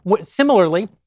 Similarly